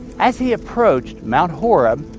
as he approached mount horeb,